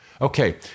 Okay